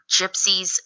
Gypsies